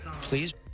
Please